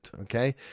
Okay